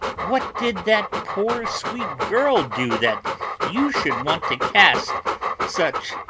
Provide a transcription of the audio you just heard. what did that poor, sweet girl do that you should want to cast such